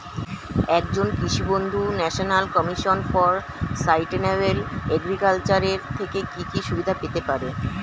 একজন কৃষক বন্ধু national commission for sustainable agriculture এর থেকে কি কি সুবিধা পেতে পারে?